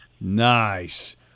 Nice